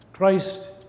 Christ